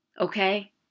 okay